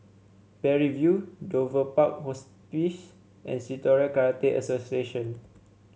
Parry View Dover Park Hospice and Shitoryu Karate Association